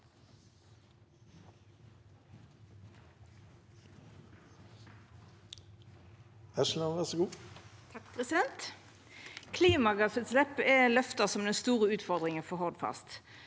Klimagassutslepp er løfta fram som den store utfordringa for Hordfast.